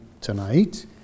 tonight